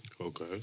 Okay